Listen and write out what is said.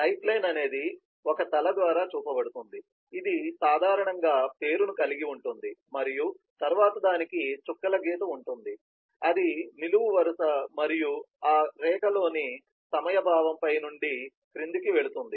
lifeline ఒక తల ద్వారా చూపబడుతుంది ఇది సాధారణంగా పేరును కలిగి ఉంటుంది మరియు తరువాత దానికి చుక్కల గీత ఉంటుంది అది నిలువు వరుస మరియు ఆ రేఖలోని సమయ భావం పై నుండి క్రిందికి వెళుతుంది